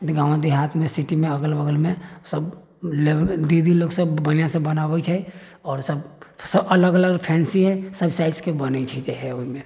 गाँव देहातमे सीटीमे अगल बगलमे सब दीदी लोग सब बढ़िआसँ बनऽबै छै आओर सब अलग अलग फैंसी हइ सब साइजके बनैत छै जे हइ से ओहिमे